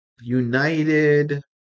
United